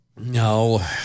No